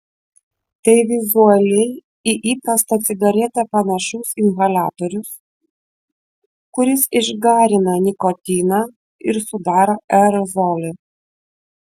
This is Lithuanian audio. tai vizualiai į įprastą cigaretę panašus inhaliatorius kuris išgarina nikotiną ir sudaro aerozolį